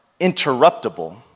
interruptible